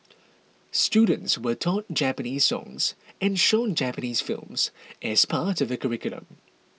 students were taught Japanese songs and shown Japanese films as part of the curriculum